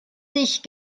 sich